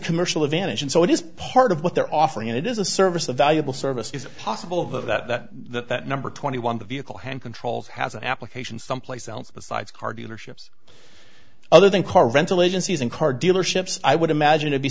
commercial advantage and so it is part of what they're offering it is a service a valuable service is possible of that that that number twenty one the vehicle hand controls has an application someplace else besides car dealerships other than car rental agencies and car dealerships i would imagine to be